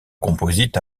composite